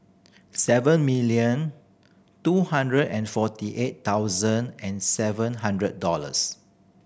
seven million two hundred and forty eight thousand and seven hundred dollars